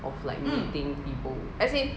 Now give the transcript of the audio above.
of like meeting people